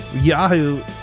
Yahoo